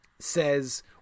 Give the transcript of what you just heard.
Says